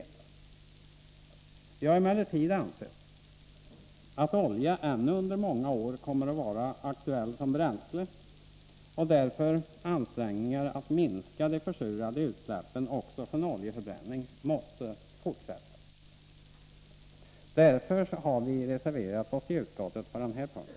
Vi har emellertid ansett att olja ännu under många år kommer att vara aktuellt som bränsle och att ansträngningarna att minska de försurande ursläppen också från oljeförbränning därför måste fortsätta. Vi har därför reserverat oss i utskottet på denna punkt.